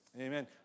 Amen